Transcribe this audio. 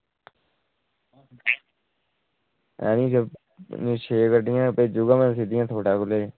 में छे गड्डियां भेजी ओड़गा सिद्धियां